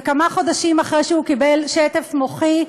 וכמה חודשים אחרי שהוא קיבל שטף-דם מוחי,